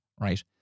right